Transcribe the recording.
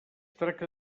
tracta